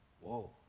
Whoa